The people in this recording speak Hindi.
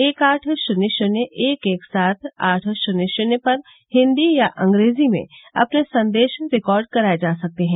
एक आठ शून्य शून्य एक एक सात आठ शून्य शून्य पर हिंदी या अंग्रेजी में अपने संदेश रिकार्ड कराए जा सकते हैं